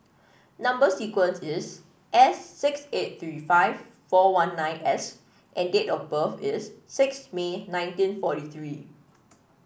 number sequence is S six eight three five four one nine S and date of birth is sixth May nineteen forty three